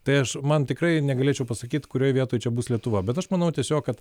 tai aš man tikrai negalėčiau pasakyt kurioj vietoj čia bus lietuva bet aš manau tiesiog kad